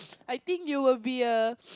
I think you will be a